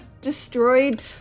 destroyed